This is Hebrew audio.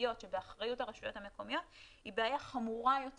התשתיות שבאחריות הרשויות המקומיות היא בעיה חמורה יותר